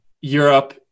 europe